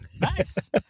nice